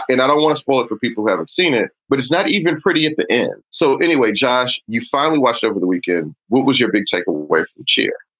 and i don't want to spoil it for people who haven't seen it, but it's not even pretty at the end. so anyway, josh, you finally watched over the weekend. what was your big takeaway cheer?